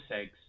eggs